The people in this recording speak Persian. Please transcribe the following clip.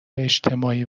اجتماعی